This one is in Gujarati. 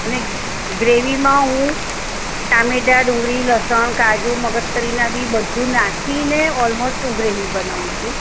અને ગ્રેવીમાં હું ટામેટાં ડુંગળી લસણ કાજુ મગજતરીનાં બી બધું નાખી ને ઓલમોસ્ટ હું ગ્રેવી બનાવું છું